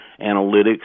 analytics